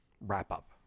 wrap-up